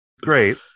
great